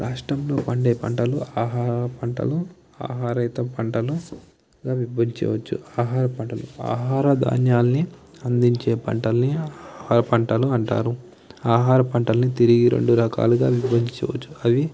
రాష్ట్రంలో పండే పంటలు ఆహార పంటలు ఆహారేతర పంటలుగా విభజించవచ్చు ఆహార పంటలు ఆహార ధాన్యాన్ని అందించే పంటల్ని ఆహార పంటలు అంటారు ఆహార పంటలను తిరిగి రెండు రకాలుగా విభజించవచ్చు అవి